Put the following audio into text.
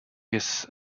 his